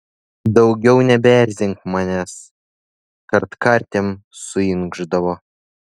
daugiau nebeerzink manęs kartkartėm suinkšdavo